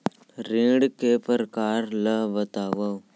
ऋण के परकार ल बतावव?